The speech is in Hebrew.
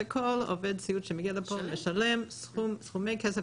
שכל עובד סיעוד שמגיע לפה משלם סכומי כסף